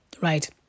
right